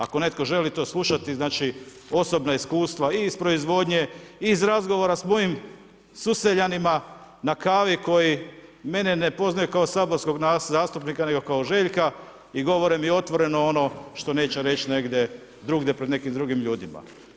Ako netko želi to slušati, znači osobna iskustva i iz proizvodnje, iz razgovora s mojim suseljanima, na kavi koji mene ne poznaju kao saborskog zastupnika nego kao Željka i govore mi otvoreno ono što neće reći negdje drugdje pred nekim drugim ljudima.